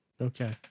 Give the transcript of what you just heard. Okay